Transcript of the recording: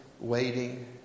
waiting